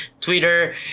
Twitter